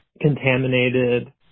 contaminated